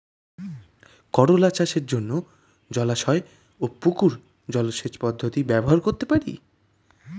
করোলা চাষের জন্য জলাশয় ও পুকুর জলসেচ পদ্ধতি ব্যবহার করতে পারি?